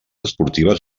esportives